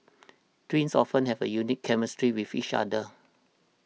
twins often have a unique chemistry with fish other